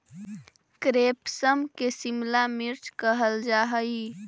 capsicum के शिमला मिर्च कहल जा हइ